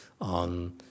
on